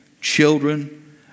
children